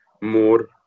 more